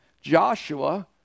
Joshua